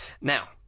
Now